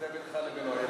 זה בינך לבינו,